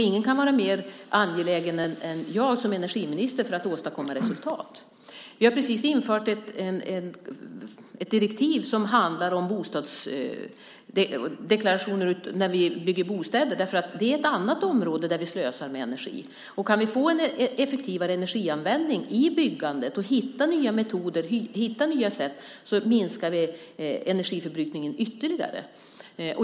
Ingen kan vara mer angelägen än jag som energiminister om att åstadkomma resultat. Vi har precis infört ett direktiv som handlar om deklarationer när vi bygger bostäder, för det är ett annat område där vi slösar energi. Kan vi få en effektivare energianvändning i byggandet och hitta nya metoder minskar vi energiförbrukningen ytterligare.